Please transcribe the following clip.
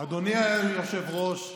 אדוני היושב-ראש,